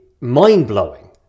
mind-blowing